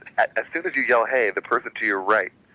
as soon as you yell hey, the person to your right,